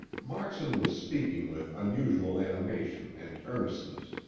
moxon was speaking with unusual animation and earnestness.